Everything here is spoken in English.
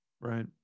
right